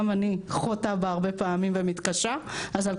גם אני חוטאת בה הרבה פעמים ומתקשה אז על